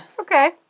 Okay